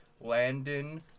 Landon